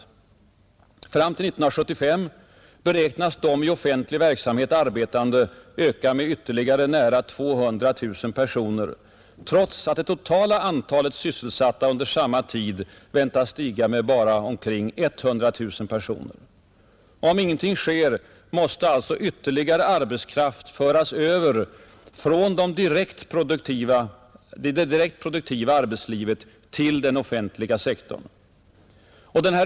Fram till 1975 beräknas de i offentlig verksamhet arbetande öka med ytterligare nära 200 000 personer, trots att det totala antalet sysselsatta under samma tid väntas stiga med bara 100 000 personer. Om ingenting sker måste alltså ytterligare arbetskraft föras över från det direkt produktiva arbetslivet till den offentliga sektorn.